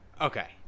okay